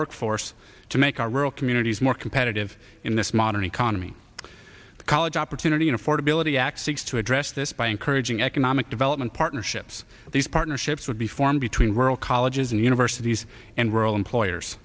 workforce to make our rural communities more competitive in this modern economy the college opportunity in affordability acces to address this by encouraging economic development partnerships these partnerships would be formed between rural colleges and universities and rural employers